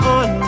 on